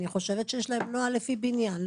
אני חושבת שיש להם נוהל לפי בניין,